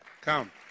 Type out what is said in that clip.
Come